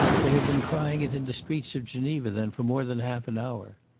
they have been crying it in the streets of geneva, then, for more than half an hour.